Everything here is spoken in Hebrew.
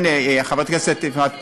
הנה, חברת הכנסת יפעת פה.